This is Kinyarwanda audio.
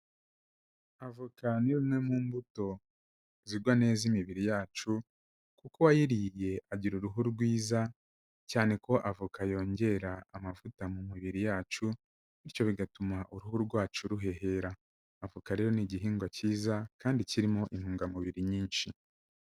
Avoka ni rumwe mu mbuto zigwa neza imibiri yacu kuko uwayiriye agira uruhu rwiza, cyane ko avoka yongera amavuta mu mibiri yacu bityo bigatuma uruhu rwacu ruhehera, avoka rero ni igihingwa kiza kandi kirimo intungamubiri nyinshi.